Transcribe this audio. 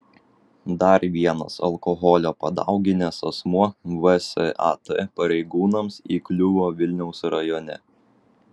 dar vienas alkoholio padauginęs asmuo vsat pareigūnams įkliuvo vilniaus rajone